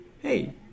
hey